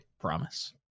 promise